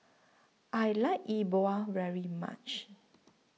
I like E Bua very much